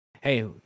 hey